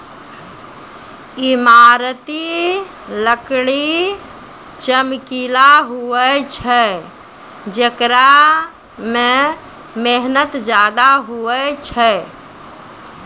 ईमारती लकड़ी चमकिला हुवै छै जेकरा मे मेहनत ज्यादा हुवै छै